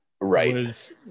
right